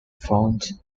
font